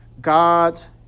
God's